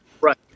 right